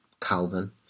Calvin